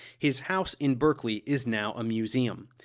his house in berkeley is now a museum.